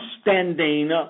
standing